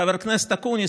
חבר הכנסת אקוניס,